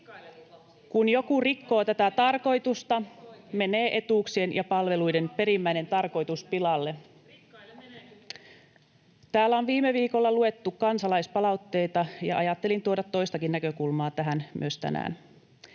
Kun joku rikkoo tätä tarkoitusta, menee etuuksien ja palveluiden perimmäinen tarkoitus pilalle. Täällä on viime viikolla luettu kansalaispalautteita, ja ajattelin tuoda toistakin näkökulmaa tähän myös tänään.